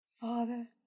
Father